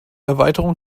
erweiterung